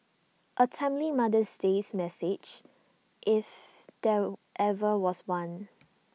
A timely mother's days message if there ever was one